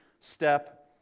step